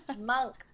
Monk